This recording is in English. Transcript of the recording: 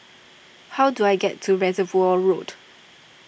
how do I get to Reservoir Road